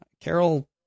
Carol